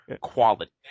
quality